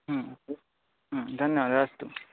ह्म् ह्म् धन्यवादः अस्तु